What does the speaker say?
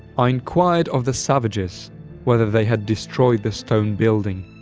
i inquired of the savages whether they had destroyed the stone building,